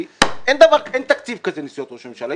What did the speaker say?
כי אין תקציב כזה נסיעות ראש הממשלה.